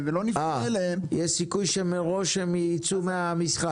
ולא נפנה אליהם -- יש סיכוי שמראש הם יצאו מהמשחק.